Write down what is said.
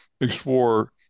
explore